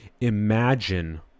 Imagine